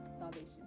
salvation